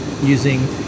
using